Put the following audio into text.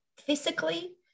physically